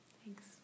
thanks